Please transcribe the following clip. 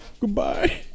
Goodbye